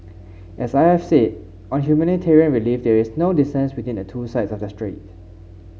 as I have said on humanitarian relief there is no distance between the two sides of the strait